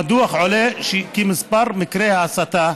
מהדוח עולה כי מספר מקרי ההסתה,